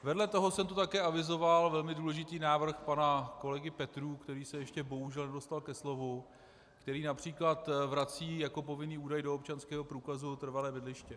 Vedle toho jsem tu také avizoval velmi důležitý návrh pana kolegy Petrů, který se ještě bohužel nedostal ke slovu, který např. vrací jako povinný údaj do občanského průkazu trvalé bydliště.